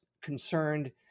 concerned